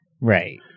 right